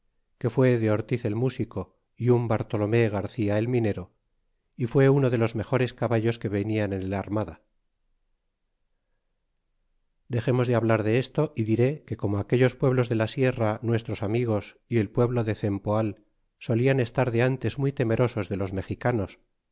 que fué de ortiz el músico y un bartolomé garcía el minero y fué uno de los mejores caballos que venian en el armada dexemos de hablar en esto y diré que como aquellos pueblos de la sierra nuestros amigos y el pueblo de cempoal solian estar de ntes muy temerosos de los mexicanos